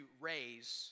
Raise